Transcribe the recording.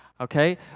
okay